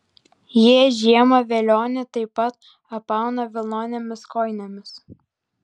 jie žiemą velionį taip pat apauna vilnonėmis kojinėmis